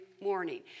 morning